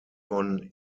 von